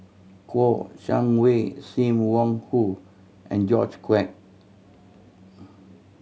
Kouo Shang Wei Sim Wong Hoo and George Quek